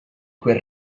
quel